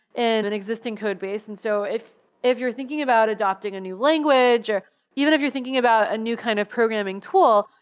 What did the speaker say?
and an existing code base. and so if if you're thinking about adopting a new language, or even if you're thinking about a new kind of programming tool,